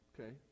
Okay